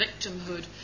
victimhood